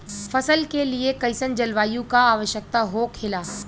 फसल के लिए कईसन जलवायु का आवश्यकता हो खेला?